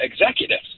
executives